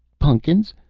pun'kins!